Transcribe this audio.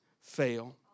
fail